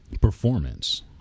Performance